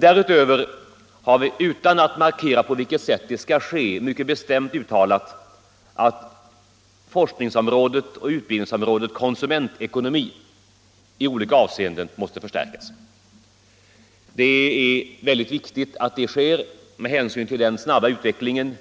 Därutöver har vi, utan att markera på vilket sätt det skall ske, mycket bestämt uttalat att forskningsoch utbildningsområdet konsumentekonomi i olika avseenden måste förstärkas. Det är mycket viktigt att det sker med hänsyn till den snabba utvecklingen